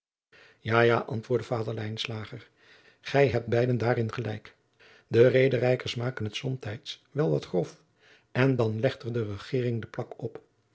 ja ja antwoordde vader lijnslager gij hebt beiden daarin gelijk de rederijkers maken het somtijds wel wat grof en dan legt er de regering de plak op